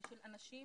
של אנשים,